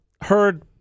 heard